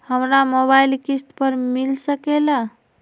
हमरा मोबाइल किस्त पर मिल सकेला?